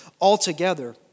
altogether